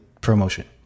ProMotion